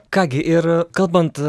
ką gi ir kalbant